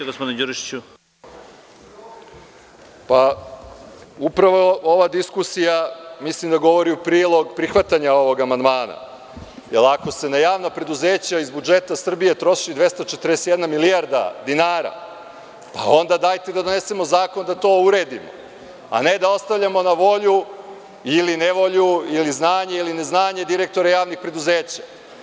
Upravo ova diskusija mislim da govori u prilog prihvatanja ovog amandmana, jer ako se na javna preduzeća iz budžeta Srbije troši 241 milijarda dinara, onda dajte da donesemo zakon da to uredimo, a ne da ostavljamo na volju ili nevolju ili znanje ili ne znanje direktora javnih preduzeća.